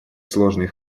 сложный